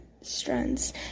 strands